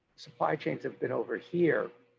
supply chains have been over here.